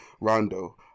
Rondo